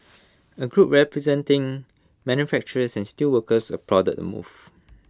A group representing manufacturers and steelworkers applauded the move